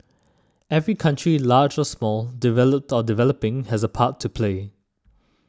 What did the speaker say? every country large or small developed or developing has a part to play